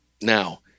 now